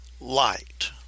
light